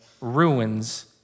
ruins